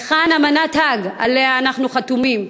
היכן אמנת האג, שעליה אנחנו חתומים?